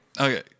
okay